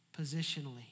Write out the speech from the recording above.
Positionally